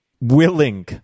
Willing